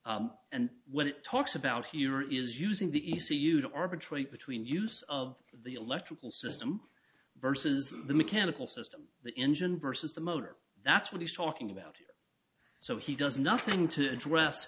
you and when it talks about here is using the e c u to arbitrate between use of the electrical system versus the mechanical system the engine versus the motor that's what he's talking about so he does nothing to